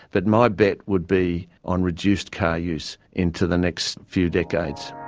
but my bet would be on reduced car use into the next few decades.